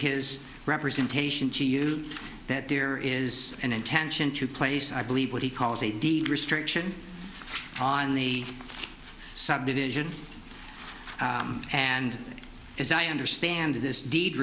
his representation to you that there is an intention to place i believe what he calls a deed restriction on the subdivision and as i understand it this deed